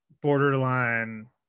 borderline